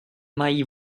mají